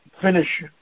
finish